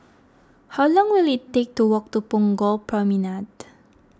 how long will it take to walk to Punggol Promenade